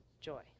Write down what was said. joy